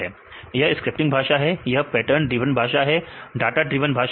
विद्यार्थी स्वरूप यह स्क्रिप्टिंग भाषा है यह पैटर्न ड्रिवन भाषा है डाटा ड्रिवन भाषा